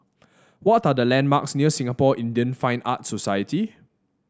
what are the landmarks near Singapore Indian Fine Arts Society